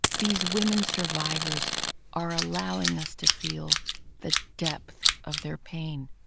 these women-survivors are allowing us to feel the depth of their pain,